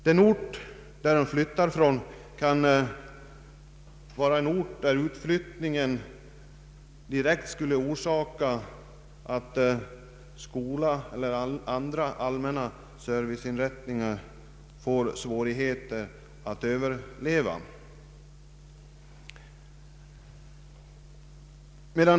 Den ort de bor på kan vara en sådan ort, där utflyttningen direkt skulle orsaka att skola eller andra serviceinrättningar får svårigheter att överleva.